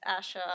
Asha